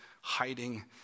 hiding